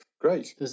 Great